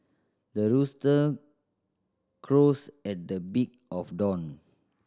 the rooster crows at the beak of dawn